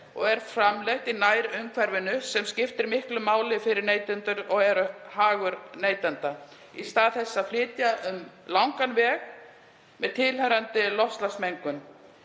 og er framleitt í nærumhverfinu. Það skiptir miklu máli fyrir neytendur og er hagur neytenda, í stað þess að flytja matvæli um langan veg með tilheyrandi loftslagsmengun.